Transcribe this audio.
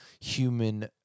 human